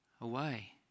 away